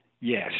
Yes